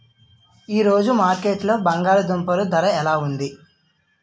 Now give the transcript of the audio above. ఈ రోజు మార్కెట్లో బంగాళ దుంపలు ధర ఎలా ఉంది?